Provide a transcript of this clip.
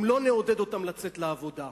אם לא נעודד אותן לצאת לעבודה?